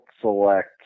select